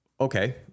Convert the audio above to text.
Okay